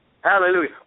Hallelujah